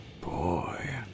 boy